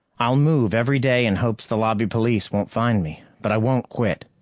i'll move every day in hopes the lobby police won't find me, but i won't quit.